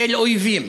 כאל אויבים.